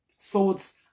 Thoughts